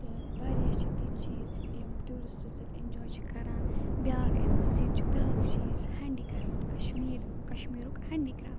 تہٕ واریاہ چھِ تِتھۍ چیٖز یِم ٹیوٗرِسٹٕز ییٚتہِ ایٚنجواے چھِ کَران بیاکھ اَمہِ مٔزیٖد چھُ بیاکھ چیٖز ہینٛڈی کرٛافٹہٕ کَشمیٖر کَشمیٖرُک ہینٛڈی کرٛافٹہٕ